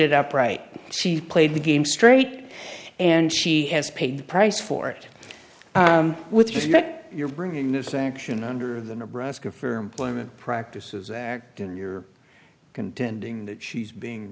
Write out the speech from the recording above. it up right she played the game straight and she has paid the price for it with respect you're bringing this action under the nebraska for employment practices act in your contending that she's being